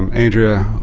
and andrea,